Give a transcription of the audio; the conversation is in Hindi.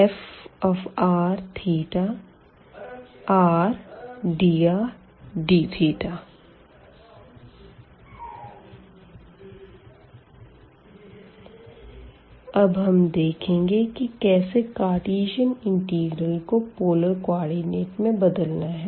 θαrr1rr2frθrdrdθ अब हम देखेंगे की कैसे कार्टीजन इंटीग्रल को पोलर कोऑर्डिनेट में बदलना है